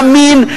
ימין,